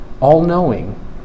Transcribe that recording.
all-knowing